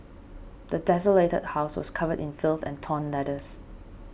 the desolated house was covered in filth and torn letters